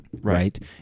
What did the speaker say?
right